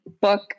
book